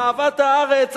אהבת הארץ,